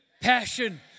Passion